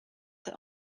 that